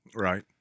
Right